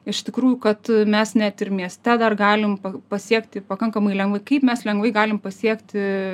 iš tikrųjų kad mes net ir mieste dar galim pasiekti pakankamai lengvai kaip mes lengvai galim pasiekti